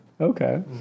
Okay